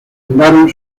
fundaron